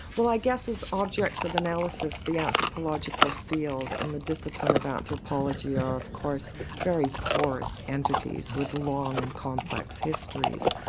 well i guess as objects of analysis, the anthropological field and the discipline of anthropology are of course very porous entities with long and complex histories.